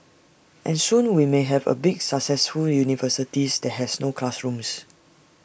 and soon we may have A big successful university that has no classrooms